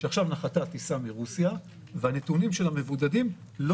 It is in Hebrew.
עכשיו נחתה טיסה מרוסיה והנתונים של המבודדים לא